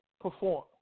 perform